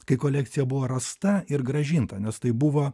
kai kolekcija buvo rasta ir grąžinta nes tai buvo